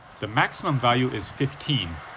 the maximum value is fifteen,